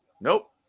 nope